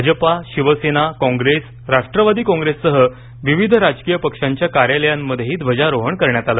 भाजपा शिवसेना कॉंप्रेस राष्ट्रवादी कॉंप्रेहसह विविध राजकीय पक्षांच्या कार्यालयांमध्येही ध्वजारोहण करण्यात आलं